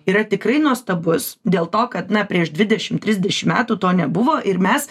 yra tikrai nuostabus dėl to kad na prieš dvidešimt trisdešimt metų to nebuvo ir mes